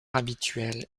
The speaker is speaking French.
habituel